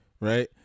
right